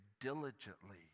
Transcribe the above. diligently